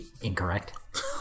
incorrect